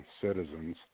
citizens